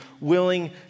willing